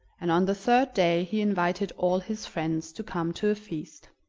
and on the third day he invited all his friends to come to a feast.